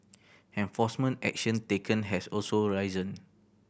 enforcement action taken has also risen